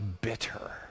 bitter